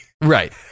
Right